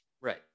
Right